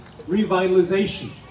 revitalization